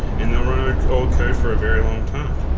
and they'll run like old code for a very long time.